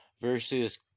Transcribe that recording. versus